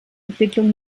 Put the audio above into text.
entwicklung